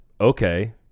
okay